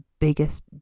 biggest